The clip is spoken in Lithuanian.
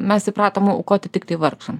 mes įpratom aukoti tiktai vargšam